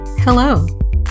Hello